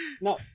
no